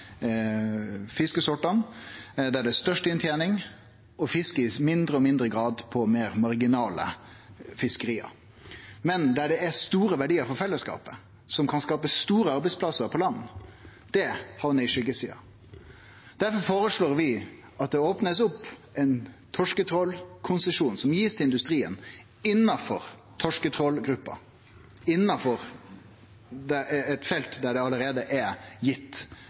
i mindre og mindre grad på meir marginale fiskeri. Men det som kan gi store verdiar til fellesskapet, og som kan skape mange arbeidsplassar på land, hamnar på skyggesida. Difor foreslår vi at det blir opna ein torsketrålkonsesjon som blir gitt til industrien innanfor torsketrålgruppa, innanfor eit felt der det allereie er gitt